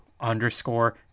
underscore